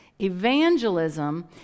Evangelism